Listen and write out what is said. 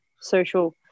social